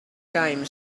time